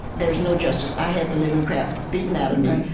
there's no justice. i had the living crap beaten out of me.